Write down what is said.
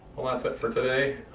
well that's it for today.